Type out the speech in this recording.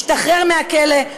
ישתחרר מהכלא,